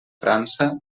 frança